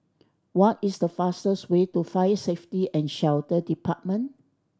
what is the fastest way to Fire Safety And Shelter Department